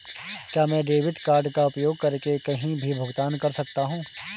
क्या मैं debit card का उपयोग करके कहीं भी भुगतान कर सकता हूं?